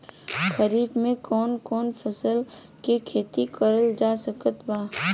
खरीफ मे कौन कौन फसल के खेती करल जा सकत बा?